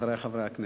חברי חברי הכנסת,